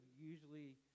usually